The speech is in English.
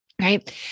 right